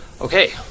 Okay